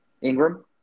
Ingram